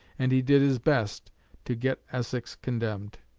and he did his best to get essex condemned.